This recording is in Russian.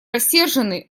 рассерженный